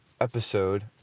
episode